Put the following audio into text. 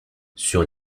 sur